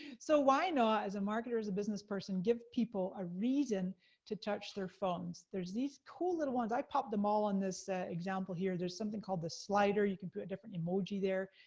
so why not, as a marketer's, a business person, give people a reason to touch their phones. there's these cool little ones, i pop them all on this example here, there's something called the slider, you can put a different emoji there.